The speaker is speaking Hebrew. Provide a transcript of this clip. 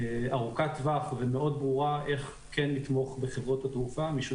ארוכת טווח ומאוד ברורה איך כן לתמוך בחברות התעופה משום